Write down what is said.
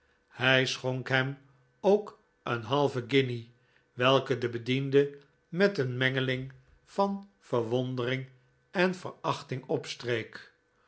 hij schonk hem ook een halve guinje welke de bediende met een mengeling van verwondering en verachting opstreek